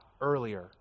earlier